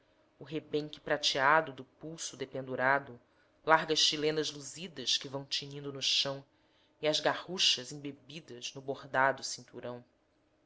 rebenque prateado do pulso dependurado largas chilenas luzidas que vão tinindo no chão e as garruchas embebidas no bordado cinturão